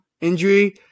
injury